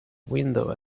window